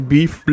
Beef